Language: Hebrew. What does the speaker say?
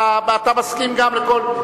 אתה מסכים גם לכל,